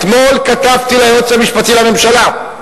אתמול כתבתי ליועץ המשפטי לממשלה,